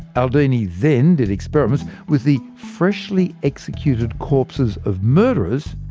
aldini then did experiments with the freshly executed corpses of murderers,